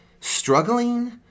struggling